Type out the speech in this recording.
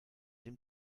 dem